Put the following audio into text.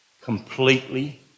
completely